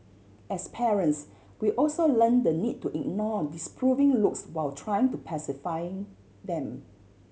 as parents we also learn the need to ignore disapproving looks while trying to pacify them